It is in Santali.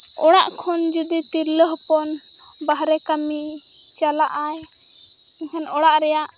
ᱚᱲᱟᱜ ᱠᱷᱚᱱ ᱡᱩᱫᱤ ᱛᱤᱨᱞᱟᱹ ᱦᱚᱯᱚᱱ ᱵᱟᱦᱨᱮ ᱠᱟᱹᱢᱤ ᱪᱟᱞᱟᱜᱼᱟᱭ ᱡᱚᱠᱷᱚᱱ ᱚᱲᱟᱜ ᱨᱮᱭᱟᱜ